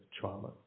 trauma